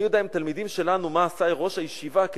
אני יודע מה עשה ראש הישיבה עם תלמידים שלנו,